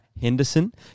Henderson